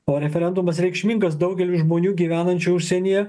o referendumas reikšmingas daugeliui žmonių gyvenančių užsienyje